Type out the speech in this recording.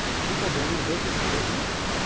people going to business school as you did.